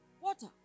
water